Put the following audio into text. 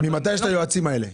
ממתי יש את היועצים האלה?